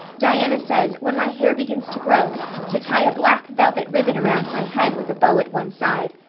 diana says when my hair begins to grow to tie a black velvet ribbon around my head with a bow at one side.